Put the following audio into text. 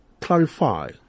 clarify